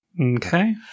Okay